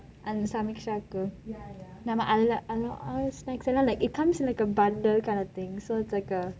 அந்த:antha samyuksha வுக்கு நம்ம அதிலே:vukku namma athilei all the snacks it comes like in a bundle kind of thing so is like a